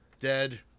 dead